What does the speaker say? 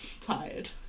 tired